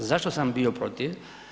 Zašto sam bio protiv?